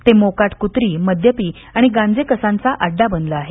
ते मोकाट कुत्री मद्यपी आणि गांजेकसांचा अड्डा बनलं आहे